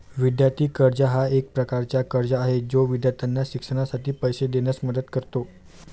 विद्यार्थी कर्ज हा एक प्रकारचा कर्ज आहे जो विद्यार्थ्यांना शिक्षणासाठी पैसे देण्यास मदत करतो